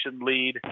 lead